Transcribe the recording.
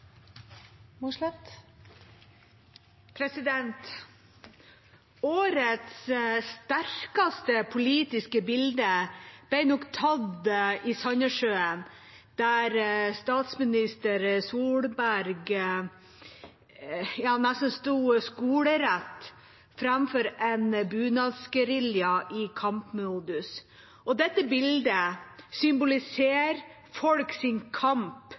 Årets sterkeste politiske bilde ble nok tatt i Sandnessjøen, der statsminister Solberg nesten sto skolerett framfor en bunadsgerilja i kampmodus. Dette bildet symboliserer folks kamp, kvinners kamp,